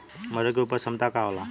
मटर के उपज क्षमता का होला?